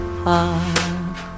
park